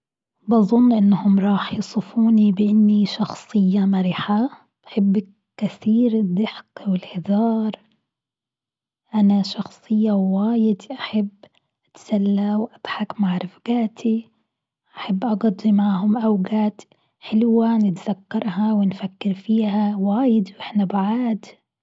بظن إنهم راح يصفوني بإني شخصية مرحة، بحب كثير الضحك والهزار، أنا شخصية واجد أحب أتسلى وأضحك مع رفقاتي، أحب أقضي معهم أوقات حلوة نتذكرها ونفكر فيها واجد واحنا بعاد.